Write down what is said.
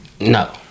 No